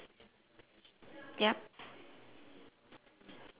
which is on the right side then the left